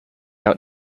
out